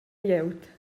glieud